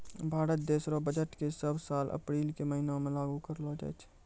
भारत देश रो बजट के सब साल अप्रील के महीना मे लागू करलो जाय छै